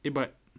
eh but